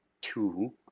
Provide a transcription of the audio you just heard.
two